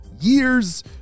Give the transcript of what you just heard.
years